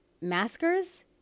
maskers